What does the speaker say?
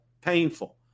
painful